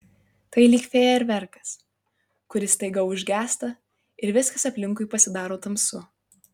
tai lyg fejerverkas kuris staiga užgęsta ir viskas aplinkui pasidaro tamsu